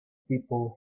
people